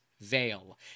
veil